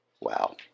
Wow